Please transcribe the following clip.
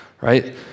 Right